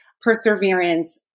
perseverance